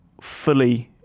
fully